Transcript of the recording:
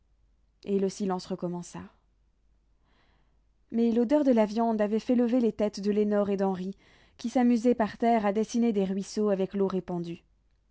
et le silence recommença mais l'odeur de la viande avait fait lever les têtes de lénore et d'henri qui s'amusaient par terre à dessiner des ruisseaux avec l'eau répandue